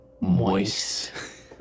Moist